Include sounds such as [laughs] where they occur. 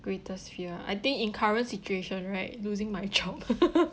greatest fear I think in current situation right losing my child [laughs]